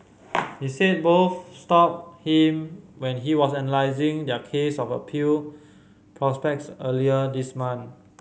he said both stopped him when he was analysing their case of appeal prospects earlier this month